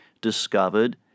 discovered